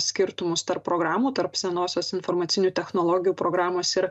skirtumus tarp programų tarp senosios informacinių technologijų programos ir